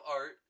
art